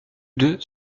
deux